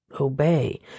obey